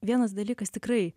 vienas dalykas tikrai